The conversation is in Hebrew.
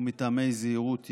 ומטעמי זהירות יתרה,